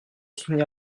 soutenir